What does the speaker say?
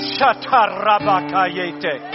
Shatarabakayete